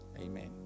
amen